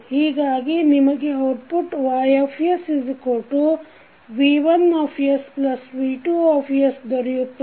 ಹೀಗಾಗಿ ನಿಮಗೆ output YsV1V2 ದೊರೆಯುತ್ತದೆ